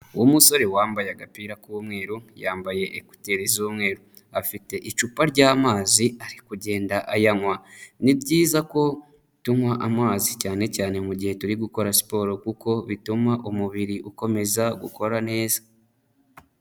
Uwo musore wambaye agapira k'umweru, yambaye ekuteri z'umweru, afite icupa ry'amazi ari kugenda ayanywa, ni byiza ko tunywa amazi, cyane cyane mu gihe turi gukora siporo, kuko bituma umubiri ukomeza gukora neza.